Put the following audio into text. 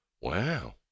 Wow